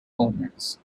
owners